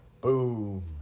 boom